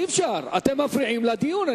אי-אפשר, אתם מפריעים לדיון.